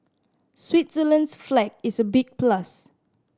Switzerland's flag is a big plus